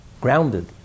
grounded